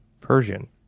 Persian